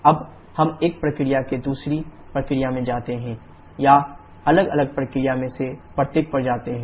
अब हम एक प्रक्रिया से दूसरी प्रक्रिया में जाते हैं या अलग अलग प्रक्रिया में से प्रत्येक पर जाते हैं